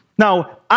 Now